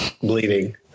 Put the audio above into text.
Bleeding